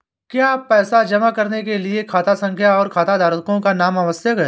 क्या पैसा जमा करने के लिए खाता संख्या और खाताधारकों का नाम आवश्यक है?